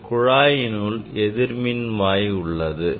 இந்த குழாயினுள் எதிர்மின்வாய் உள்ளது